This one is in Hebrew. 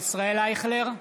אייכלר,